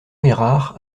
errard